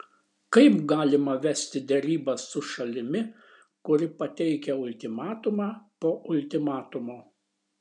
kaip galima vesti derybas su šalimi kuri pateikia ultimatumą po ultimatumo